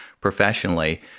professionally